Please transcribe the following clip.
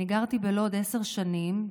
אני גרתי בלוד עשר שנים,